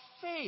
faith